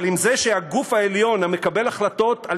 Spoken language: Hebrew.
אבל עם זה שהגוף העליון המקבל החלטות על